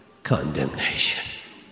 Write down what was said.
condemnation